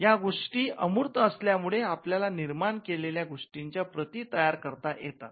या गोष्टी अमृत असल्यामुळे आपल्याला निर्माण केलेल्या गोष्टींच्या प्रती तयार करता येतात